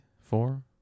four